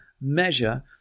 measure